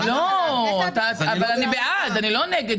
אני בעד, אני לא נגד.